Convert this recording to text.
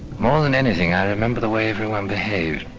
more than anything, i remember the way everyone behaved.